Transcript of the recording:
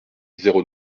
zéro